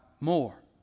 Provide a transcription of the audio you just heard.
more